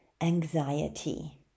anxiety